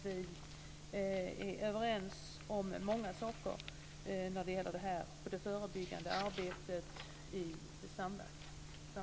Vi är överens om många saker när det gäller det förebyggande arbetet i samverkan.